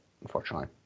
Unfortunately